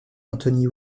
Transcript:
anthony